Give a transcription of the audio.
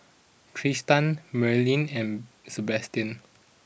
Tristan Merilyn and Sebastian